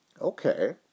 Okay